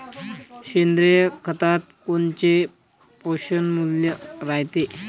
सेंद्रिय खतात कोनचे पोषनमूल्य रायते?